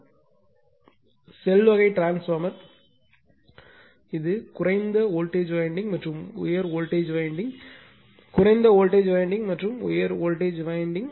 shell வகை transformer குறைந்த voltage winding மற்றும் உயர் வோல்டேஜ் வைண்டிங் குறைந்த வோல்டேஜ் வைண்டிங் மற்றும் உயர் வோல்டேஜ் வைண்டிங்